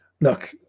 look